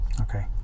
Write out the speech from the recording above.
Okay